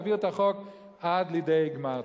להביא את החוק עד לידי גמר.